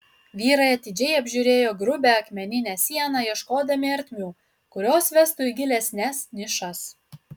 vyrai atidžiai apžiūrėjo grubią akmeninę sieną ieškodami ertmių kurios vestų į gilesnes nišas